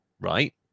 right